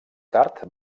tard